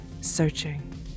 searching